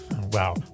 Wow